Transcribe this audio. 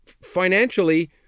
financially